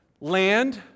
land